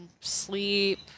Sleep